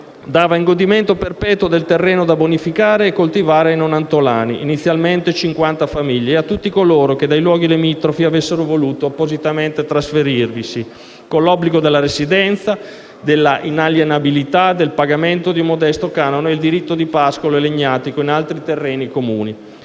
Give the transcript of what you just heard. dava in godimento perpetuo del terreno da bonificare e coltivare ai nonantolani (inizialmente 50 famiglie) e a tutti coloro che dai luoghi limitrofi avessero voluto appositamente trasferirvisi, con l'obbligo della residenza, della inalienabilità, del pagamento di un modesto canone e il diritto di pascolo e legnatico in altri terreni comuni.